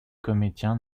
comédien